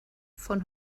von